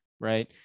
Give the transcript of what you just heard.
right